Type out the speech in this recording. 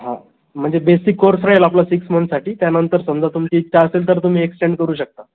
हा म्हणजे basic course राहील आपला सिक्स मंथसाठी त्यानंतर समजा तुमची इच्छा असेल तर तुम्ही एक्सटेन्ड करू शकता